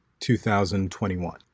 2021